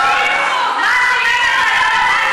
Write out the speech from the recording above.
תודה רבה.